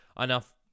enough